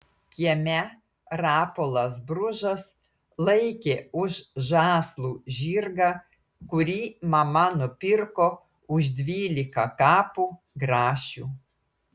kieme rapolas bružas laikė už žąslų žirgą kurį mama nupirko už dvylika kapų grašių